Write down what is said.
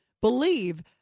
believe